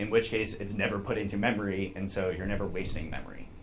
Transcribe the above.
and which case, it's never put into memory, and so you're never wasting memory.